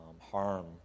harm